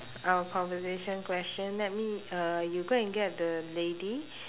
our conversation question let me uh you go and get the lady